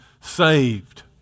saved